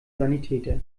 sanitäter